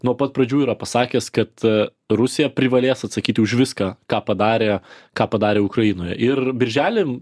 nuo pat pradžių yra pasakęs kad rusija privalės atsakyti už viską ką padarė ką padarė ukrainoje ir birželį